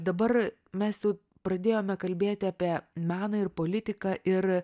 dabar mes jau pradėjome kalbėti apie meną ir politiką ir